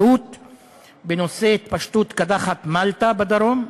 הרווחה והבריאות בנושא: התפשטות קדחת מלטה בדרום,